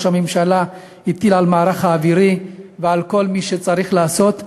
ראש הממשלה הטיל על המערך האווירי ועל כל מי שצריך לעשות,